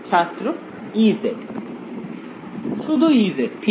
ছাত্র Ez শুধু Ez ঠিক